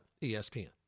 ESPN